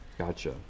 Gotcha